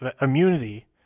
immunity